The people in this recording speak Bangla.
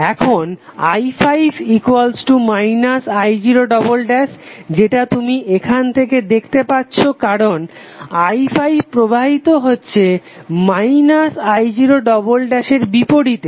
এখন i5 i0 যেটা তুমি এখান থেকে দেখতে পাচ্ছো কারণ i5 প্রবাহিত হচ্ছে i0 এর বিপরীতে